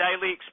daily